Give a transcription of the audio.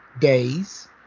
days